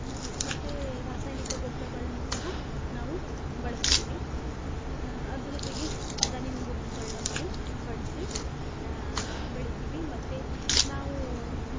ಮತ್ತು ರಾಸಾಯನಿಕ ಗೊಬ್ರಗಳನ್ನು ಸಹ ನಾವು ಬಳಸ್ತೀವಿ ಅದ್ರ ಜೊತೆಗೆ ದನದ ಗೊಬ್ರಗಳನ್ನ ನಾವು ಬಳಸಿ ಬೆಳಿತೀವಿ ಮತ್ತು ನಾವು